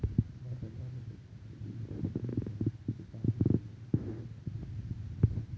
బఱ్ఱె పాలు పిండేందుకు ఈ మధ్యన మిషిని వచ్చి పాలు పిండుడు తొందరగా అయిపోతాంది